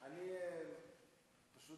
אני פשוט